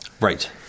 Right